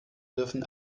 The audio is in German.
dürfen